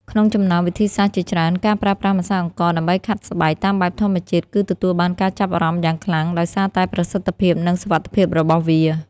ក្នុងចំណោមវិធីសាស្ត្រជាច្រើន ការប្រើប្រាស់ម្សៅអង្ករដើម្បីខាត់ស្បែកតាមបែបធម្មជាតិ គឺទទួលបានការចាប់អារម្មណ៍យ៉ាងខ្លាំង ដោយសារតែប្រសិទ្ធភាព និងសុវត្ថិភាពរបស់វា។